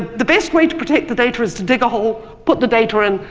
the best way to protect the data, is to dig a hole, put the data in,